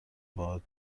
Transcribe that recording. باهات